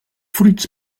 fruits